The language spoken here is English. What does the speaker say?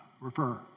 refer